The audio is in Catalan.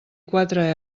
quatre